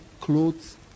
clothes